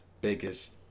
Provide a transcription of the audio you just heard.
biggest